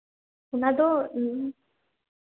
ᱚᱱᱟ ᱫᱚ ᱤᱧ